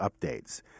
updates